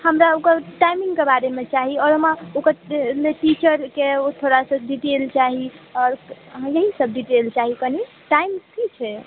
हमरा ओकर टाइमिङ्ग कऽ बारेमे चाही आओर हमरा ओकर नऽ नइ टीचरके थोड़ा सा डिटेल चाही आओर इएह सभ डिटेल चाही कनि टाइम की छै